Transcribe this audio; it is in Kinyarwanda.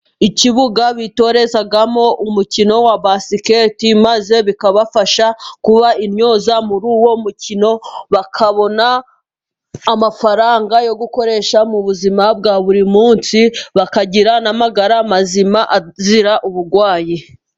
Ikibuga bitorezamo umukino wa basiketi maze bikabafasha kuba intyoza muri uwo mukino, bakabona amafaranga yo gukoresha mu buzima bwa buri munsi, bakagira n'amagara mazima azira uburwayi.